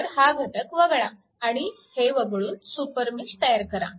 तर हा घटक वगळा आणि हे वगळून सुपरमेश तयार करा